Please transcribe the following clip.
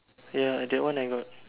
ya that one I got